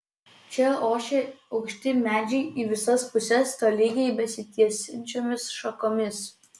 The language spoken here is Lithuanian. čia ošė aukšti medžiai į visas puses tolygiai besitiesiančiomis šakomis